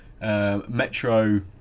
Metro